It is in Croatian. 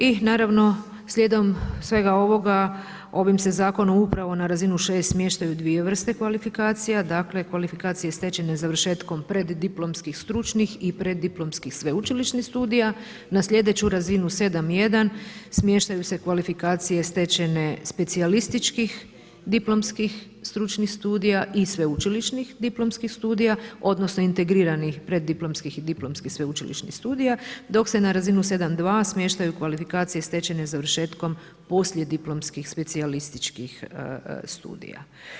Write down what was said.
I naravno slijedom svega ovoga ovim se zakonom upravo na razinu 6 smještaju dvije vrste kvalifikacija dakle, kvalifikacije stečene završetkom preddiplomskih stručnih i preddiplomskih sveučilišnih studija na sljedeću razinu 7.1. smještaju se kvalifikacije stečene specijalističkih diplomskih stručnih studija i sveučilišnih diplomskih studija odnosno integriranih preddiplomskih i diplomskih sveučilišnih studija, dok se na razinu 7.2. smještaju kvalifikacije stečene završetkom poslijediplomskih specijalističkih studija.